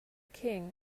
king